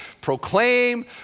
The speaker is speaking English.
proclaim